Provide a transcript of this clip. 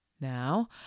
Now